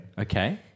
Okay